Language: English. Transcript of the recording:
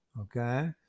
okay